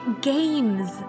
Games